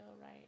right